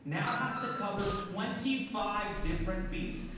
now has to cover twenty five different beats.